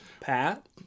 Pat